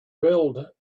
build